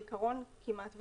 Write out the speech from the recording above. בעיקרון, כמעט ולא.